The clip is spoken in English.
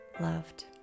loved